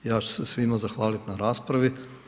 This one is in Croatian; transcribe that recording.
Ja ću se svima zahvaliti na raspravi.